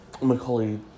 Macaulay